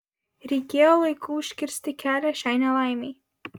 reikėjo laiku užkirsti kelią šiai nelaimei